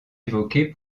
évoqués